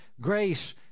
Grace